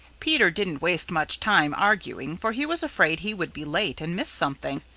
peter didn't waste much time arguing for he was afraid he would be late and miss something.